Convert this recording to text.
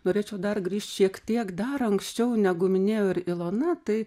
norėčiau dar grįšt šiek tiek dar anksčiau negu minėjo ir ilona tai